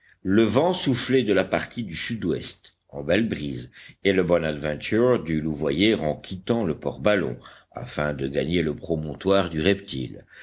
le vent soufflait de la partie du sud-ouest en belle brise et le bonadventure dut louvoyer en quittant le port ballon afin de gagner le promontoire du reptile